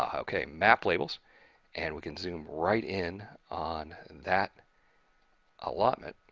ah okay map labels and we can zoom right in on that allotment.